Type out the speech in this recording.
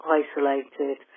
isolated